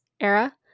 era